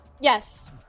Yes